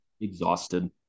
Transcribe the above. exhausted